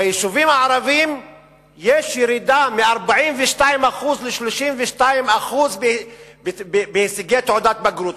ביישובים הערביים יש ירידה מ-42% ל-32% בהישגי תעודת הבגרות.